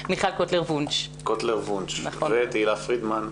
קוטלר וונש ותהילה פרידמן,